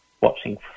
watching